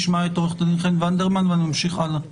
נשמע את עו"ד ונדרסמן ואני ממשיך הלאה.